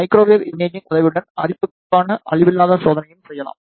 microwave imaging உதவியுடன் அரிப்புக்கான அழிவில்லாத சோதனையும் செய்யலாம்